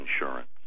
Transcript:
insurance